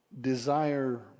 desire